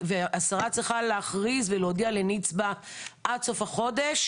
והשרה צריכה להכריז ולהודיע לנצבא עוד סוף החודש